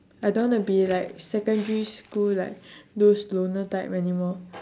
I don't want to be like secondary school like those loner type anymore